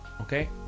okay